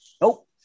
Nope